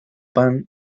pan